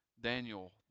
Daniel